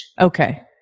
Okay